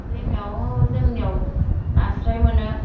दैमायाव जोंनियाव नास्राय मोनो